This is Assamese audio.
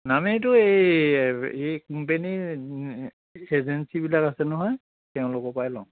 নামেৰিটো এই হেৰি কোম্পানীৰ এজেঞ্চিবিলাক আছে নহয় তেওঁলোকৰপৰাই লওঁ